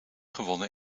gewonnen